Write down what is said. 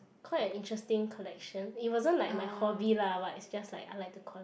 quite a interesting collection it wasn't like my hobby lah but it's just like I like to collect